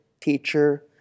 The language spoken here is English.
teacher